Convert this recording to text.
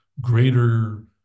greater